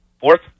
fourth